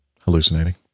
hallucinating